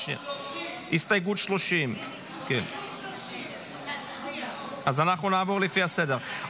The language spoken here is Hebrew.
30. הסתייגות 30. אנחנו נעבור לפי הסדר.